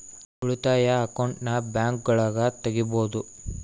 ಉಳಿತಾಯ ಅಕೌಂಟನ್ನ ಬ್ಯಾಂಕ್ಗಳಗ ತೆಗಿಬೊದು